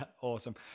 Awesome